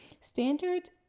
standards